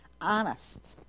honest